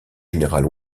général